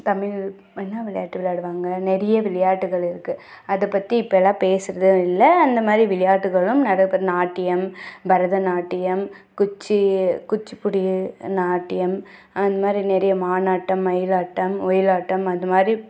தமிழ் என்ன விளையாட்டு விளாடுவாங்கள் நிறைய விளையாட்டுகள் இருக்கும் அதைப்பத்தி இப்போலாம் பேசுகிறதும் இல்லை அந்தமாதிரி விளையாட்டுகளும் நடக்கும் நாட்டியம் பரத நாட்டியம் குச்சி குச்சிப்புடி நாட்டியம் அந்தமாதிரி நிறைய மானாட்டம் மயிலாட்டம் ஒயிலாட்டம் அது மாதிரி